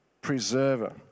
preserver